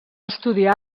estudiar